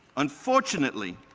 unfortunately,